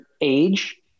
age